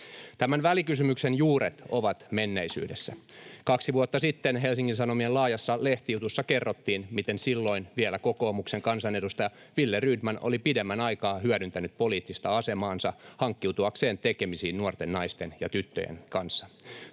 Tämän välikysymyksen juuret ovat menneisyydessä. Kaksi vuotta sitten Helsingin Sanomien laajassa lehtijutussa kerrottiin, miten silloin vielä kokoomuksen kansanedustaja Wille Rydman oli pidemmän aikaa hyödyntänyt poliittista asemaansa hankkiutuakseen tekemisiin nuorten naisten ja tyttöjen kanssa.